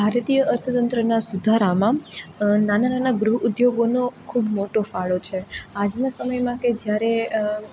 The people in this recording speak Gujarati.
ભારતીય અર્થતંત્રના સુધારામાં નાના નાના ગૃહ ઉદ્યોગોનો ખૂબ મોટો ફાળો છે આજના સમયમાં કે જ્યારે